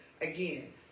Again